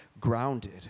grounded